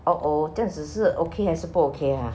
uh oh 这样子是 okay 还是不 okay ah